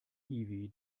hiwi